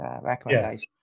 recommendations